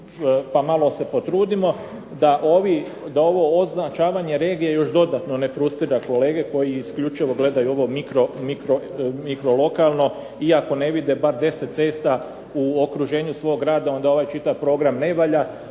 pa malo se potrudimo da ovo označavanje regije još dodatno ne frustrira kolege koji isključivo gledaju ovo mikrolokalno iako ne vide bar 10 cesta u okruženju svog rada, onda ovaj čitav program ne valja,